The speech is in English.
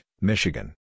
Michigan